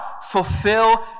Fulfill